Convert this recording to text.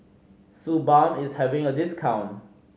Suu Balm is having a discount